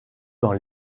dans